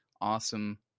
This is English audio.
Awesome